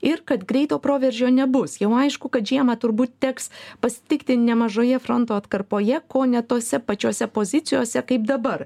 ir kad greito proveržio nebus jau aišku kad žiemą turbūt teks pasitikti nemažoje fronto atkarpoje kone tose pačiose pozicijose kaip dabar